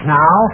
now